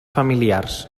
familiars